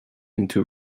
into